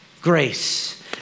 grace